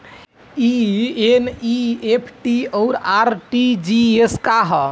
ई एन.ई.एफ.टी और आर.टी.जी.एस का ह?